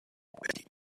petty